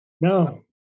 No